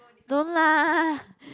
don't lah